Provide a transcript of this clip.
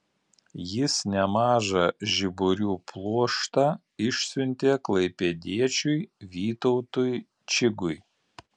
jis nemažą žiburių pluoštą išsiuntė klaipėdiečiui vytautui čigui